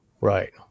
Right